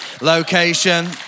location